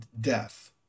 death